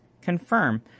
confirm